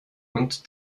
und